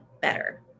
better